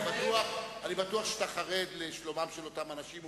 לידי הממשלה בפיקוחו והשגחתו של המרשל אנרי פטן.